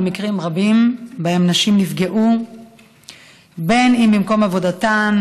מקרים רבים שבהם נשים נפגעו במקום עבודתן,